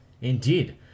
Indeed